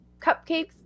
cupcakes